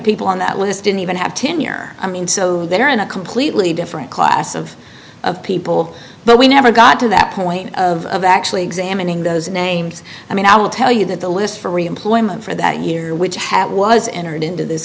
people on that list didn't even have tenure i mean so they're in a completely different class of people but we never got to that point of actually examining those names i mean i will tell you that the list for reemployment for that year which hat was entered into this